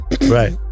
right